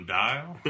dial